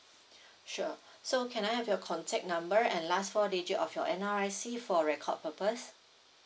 sure so can I have your contact number and last four digit of your N_R_I_C for record purpose